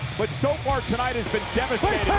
but so far tonight has been devastating.